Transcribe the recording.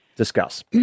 discuss